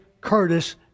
Curtis